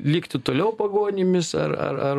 likti toliau pagonimis ar ar ar